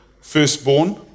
firstborn